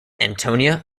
antonia